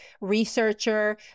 researcher